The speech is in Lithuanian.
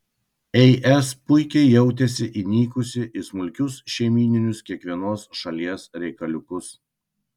es puikiai jautėsi įnikusi į smulkius šeimyninius kiekvienos šalies reikaliukus